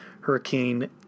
Hurricane